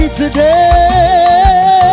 today